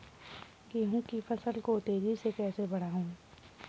गेहूँ की फसल को तेजी से कैसे बढ़ाऊँ?